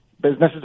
businesses